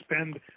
spend